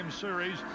series